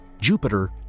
Jupiter